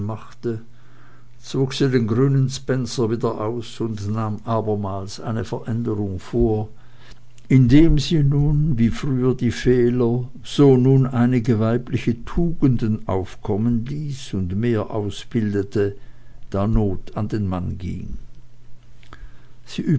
den grünen spenzer wieder aus und nahm abermals eine veränderung vor indem sie nun wie früher die fehler so nun einige weibliche tugenden aufkommen ließ und mehr ausbildete da not an den mann ging sie